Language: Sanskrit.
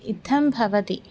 इत्थं भवति